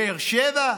באר שבע?